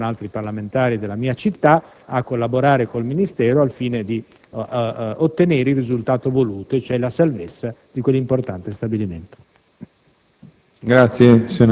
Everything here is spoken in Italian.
disponibile, insieme con altri parlamentari della mia città, a collaborare con il Ministero al fine di ottenere il risultato voluto e cioè la salvezza di quell'importante stabilimento.